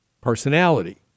personality